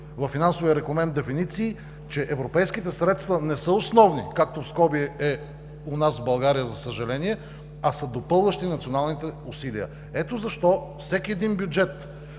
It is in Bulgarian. финансовия регламент дефиниции, че европейските средства не са основни – както е при нас в България, за съжаление, а са допълващи националните усилия. Ето защо, всеки един бюджет